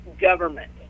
government